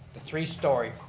the three story.